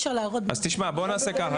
אז תשמע בוא נעשה ככה.